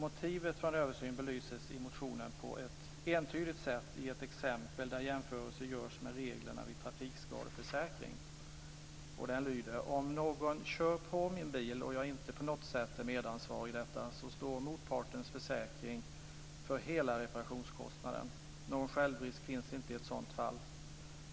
Motivet för en översyn belyses i motionen på entydigt sätt i ett exempel där jämförelse görs med reglerna vid trafikskadeförsäkring. Om någon kör på min bil och jag inte på något sätt är medansvarig i detta så står motpartens försäkringsbolag för hela reparationskostnaden. Någon självrisk finns inte i ett sådant fall.